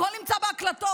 הכול נמצא בהקלטות.